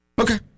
Okay